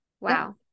Wow